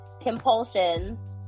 compulsions